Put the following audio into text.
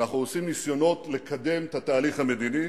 אנחנו עושים ניסיונות לקדם את התהליך המדיני.